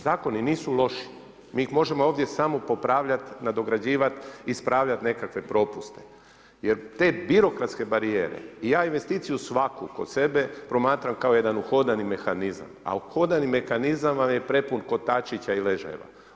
Zakoni nisu loši, mi ih možemo ovdje samo popravljati, nadograđivati, ispravljati nekakve propuste jer te birokratske barijere i ja investiciju svaku kod sebe promatram kao jedan uhodani mehanizam, a uhodani mehanizam vam je prepun kotačića i ležajeva.